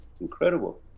incredible